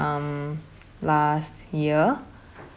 um last year